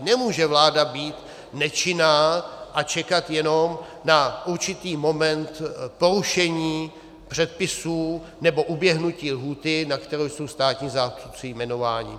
Nemůže vláda být nečinná a čekat jenom na určitý moment porušení předpisů nebo uběhnutí lhůty, na kterou jsou státní zástupci jmenováni.